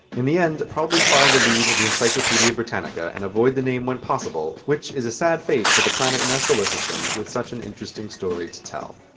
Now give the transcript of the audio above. in the end, probably follow the lead of the encyclopaedia britannica and avoid the name when possible. which is a sad fate for the planet in our solar system with such an interesting story to tell.